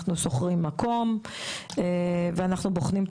אנחנו שוכרים מקום ואנחנו בוחנים את